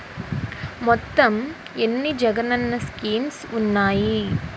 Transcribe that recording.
మొత్తం ఎన్ని జగనన్న స్కీమ్స్ ఉన్నాయి?